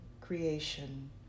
creation